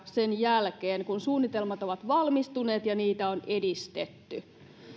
sen jälkeen kun suunnitelmat ovat valmistuneet ja niitä on edistetty